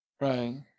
right